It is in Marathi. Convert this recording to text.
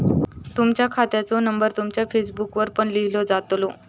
तुमच्या खात्याचो नंबर तुमच्या चेकबुकवर पण लिव्हलो जातलो